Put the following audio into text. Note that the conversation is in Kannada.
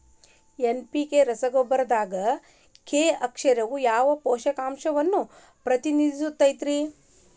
ಎನ್.ಪಿ.ಕೆ ರಸಗೊಬ್ಬರದಾಗ ಕೆ ಅಕ್ಷರವು ಯಾವ ಪೋಷಕಾಂಶವನ್ನ ಪ್ರತಿನಿಧಿಸುತೈತ್ರಿ?